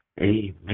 Amen